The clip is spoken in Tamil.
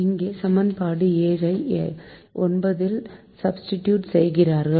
இங்கே சமன்பாடு 7 ஐ 9 இல் சப்ஸ்டிட்யூட் செய்கிறீர்கள்